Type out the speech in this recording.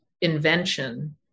invention